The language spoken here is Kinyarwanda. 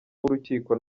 w’urukiko